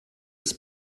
ist